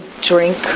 drink